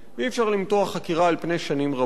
אי-אפשר למתוח חקירה על פני שנים רבות.